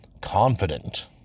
confident